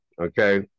okay